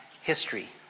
history